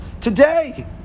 Today